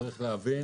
צריך להבין